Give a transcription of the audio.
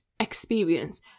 experience